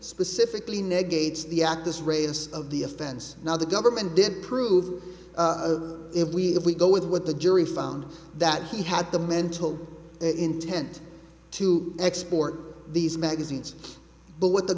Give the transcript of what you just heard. specifically neg aids the act this raises of the offense now the government did prove if we if we go with what the jury found that he had the mental intent to export these magazines but what the